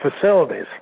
facilities